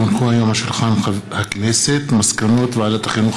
כי הונחו היום על שולחן הכנסת מסקנות ועדת החינוך,